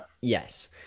yes